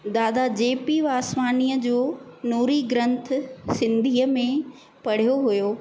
दादा J P वासवाणीअ जो नूरी ग्रंथ सिंधीअ में पढ़ियो हुयो